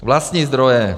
Vlastní zdroje.